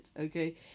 Okay